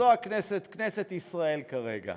זו הכנסת, כנסת ישראל, כרגע.